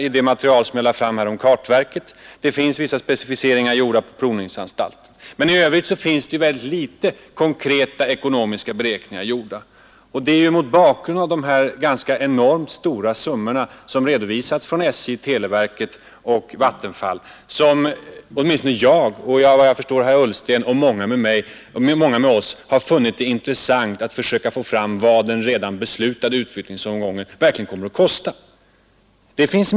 I det material som jag har lagt fram finns det specificeringar gjorda för både kartverket och provningsanstalten från etapp 1. I övrigt finns det få konkreta, ekonomiska beräkningar redovisade. Och det är främst mot bakgrunden av de enorma summor som redovisas från SJ, televerket och Vattenfall som herr Ullsten och jag — och efter vad jag förstår många med oss — har funnit det vara av intresse att försöka få fram vad den redan beslutade utflyttningsomgången kommer att kosta.